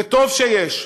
וטוב שיש,